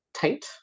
tight